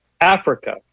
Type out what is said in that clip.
Africa